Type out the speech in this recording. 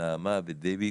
נעמה ודבי,